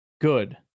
good